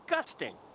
disgusting